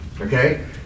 Okay